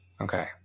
Okay